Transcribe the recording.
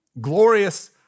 glorious